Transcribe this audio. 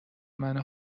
منو